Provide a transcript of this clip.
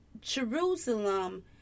Jerusalem